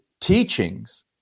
teachings